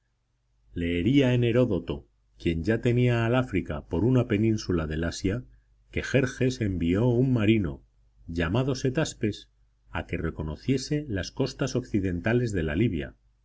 en heródoto quien ya tenía al áfrica por una península del asia que jerjes envió un marino llamado setaspes a que reconociese las costas occidentales de la libia